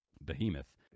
behemoth